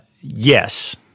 yes